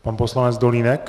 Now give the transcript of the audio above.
Pan poslanec Dolínek.